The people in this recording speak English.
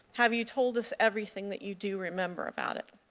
have you told us everything that you do remember about it?